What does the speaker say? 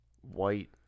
white